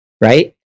right